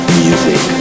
music